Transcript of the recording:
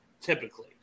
typically